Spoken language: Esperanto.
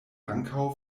ankaŭ